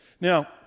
Now